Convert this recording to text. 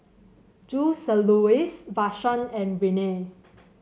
Joseluis Vashon and Renea